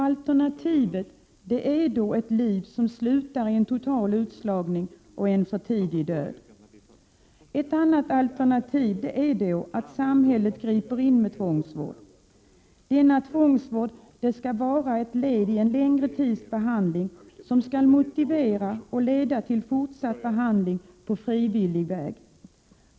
Alternativet är ett liv som slutar i total utslagning och en för tidig död. Ett annat alternativ är att samhället i stället ingriper genom tvångsvård. Denna tvångsvård skall vara ett led i en längre tids behandling, som skall motivera missbrukaren och följas av frivillig behandling.